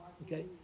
Okay